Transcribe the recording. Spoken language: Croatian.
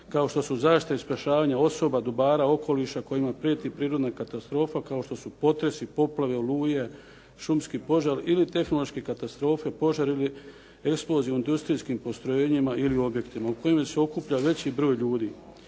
kao što su zaštita i spašavanje osoba, dobara, okoliša kojima prijeti prirodna katastrofa kao što su potresi, poplave, oluje, šumski požari ili tehnološke katastrofe, požar ili eksplozija u industrijskim postrojenjima ili objektima u kojima se okuplja veći broj ljudi,